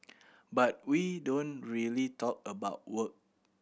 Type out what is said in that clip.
but we don't really talk about work